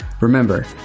Remember